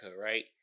right